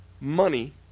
money